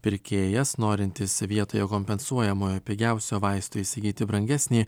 pirkėjas norintis vietojė kompensuojamojo pigiausio vaisto įsigyti brangesnį